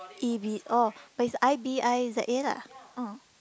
E_B_O but it's I_B_I_Z_A lah